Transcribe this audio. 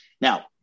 Now